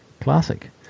Classic